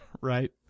Right